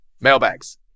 Mailbags